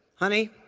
honey,